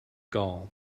gall